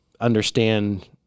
understand